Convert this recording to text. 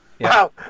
Wow